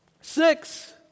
Six